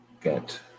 get